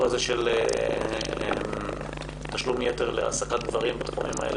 הזה של תשלום יתר להעסקת גברים בתחומים האלה.